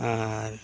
ᱟᱨ